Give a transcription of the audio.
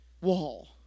wall